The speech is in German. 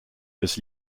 bis